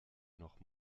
noch